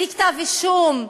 בלי כתב-אישום,